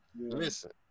Listen